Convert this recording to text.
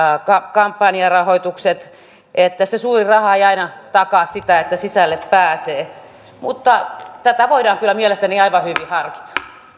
kampanjarahoitukset niin että se suuri raha ei aina takaa sitä että sisälle pääsee mutta tätä voidaan kyllä mielestäni aivan hyvin harkita